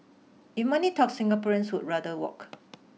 if money talks Singaporeans would rather walk